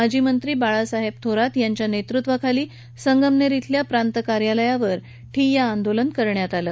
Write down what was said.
माजी मंत्री बाळासाहेब थोरात यांच्या नेतृत्वाखाली संगमनेर इथल्या प्रांत कार्यालयावर ठिय्या आंदोलन करण्यात आले